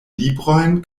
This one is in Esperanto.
librojn